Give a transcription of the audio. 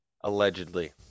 allegedly